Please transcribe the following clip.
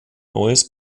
neues